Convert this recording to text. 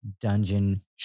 dungeon